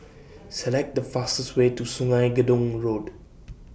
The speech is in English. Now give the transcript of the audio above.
Select The fastest Way to Sungei Gedong Road